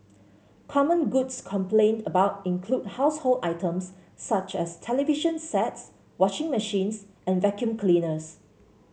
common goods complained about include household items such as television sets washing machines and vacuum cleaners